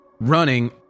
running